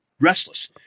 restless